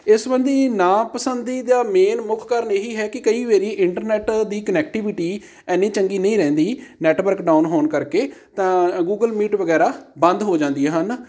ਇਸ ਸੰਬੰਧੀ ਨਾ ਪਸੰਦੀ ਦਾ ਮੇਨ ਮੁੱਖ ਕਾਰਨ ਇਹੀ ਹੈ ਕਿ ਕਈ ਵਾਰੀ ਇੰਟਰਨੈਟ ਦੀ ਕਨੈਕਟੀਵਿਟੀ ਐਨੀ ਚੰਗੀ ਨਹੀਂ ਰਹਿੰਦੀ ਨੈਟਵਰਕ ਡਾਊਨ ਹੋਣ ਕਰਕੇ ਤਾਂ ਗੂਗਲ ਮੀਟ ਵਗੈਰਾ ਬੰਦ ਹੋ ਜਾਂਦੀਆਂ ਹਨ